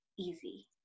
easy